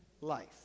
life